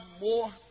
more